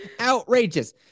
Outrageous